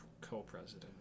Co-president